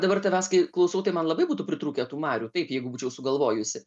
dabar tavęs kai klausau tai man labai būtų pritrūkę tų marių taip jeigu būčiau sugalvojusi